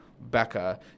becca